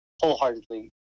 wholeheartedly